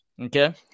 Okay